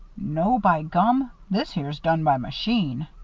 no, by gum! this here's done by machine.